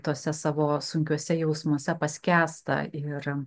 tuose savo sunkiuose jausmuose paskęsta ir